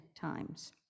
times